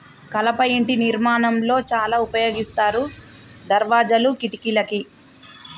కలప ఇంటి నిర్మాణం లో చాల ఉపయోగిస్తారు దర్వాజాలు, కిటికలకి